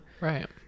right